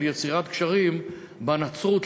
של יצירת קשרים בין הנצרות,